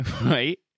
Right